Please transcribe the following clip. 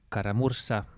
Karamursa